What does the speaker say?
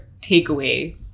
takeaway